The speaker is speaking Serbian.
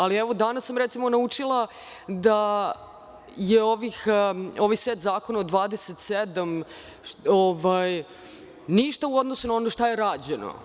Ali, evo, danas sam, recimo, naučila da je ovaj set zakona od 27 ništa u odnosu na ono šta je rađeno.